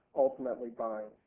ultimately buying.